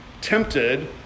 tempted